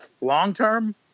long-term